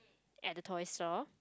at the toy store